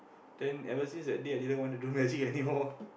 then ever since that day I didn't want to do magic anymore